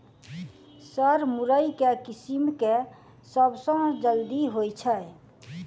Sir मुरई केँ किसिम केँ सबसँ जल्दी होइ छै?